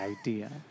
idea